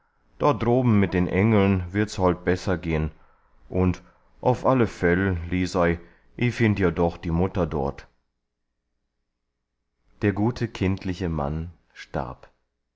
da drobn mit den engeln wird's halt besser gehn und auf alle fäll lisei i find ja doch die mutter dort der gute kindliche mann starb